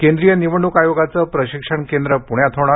केंद्रीय निवडणूक आयोगाचं प्रशिक्षण केंद्र पूण्यात होणार